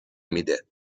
میده